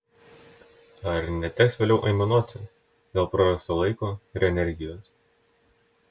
ar neteks vėliau aimanuoti dėl prarasto laiko ir energijos